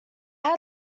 had